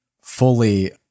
fully